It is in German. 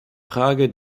frage